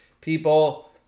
People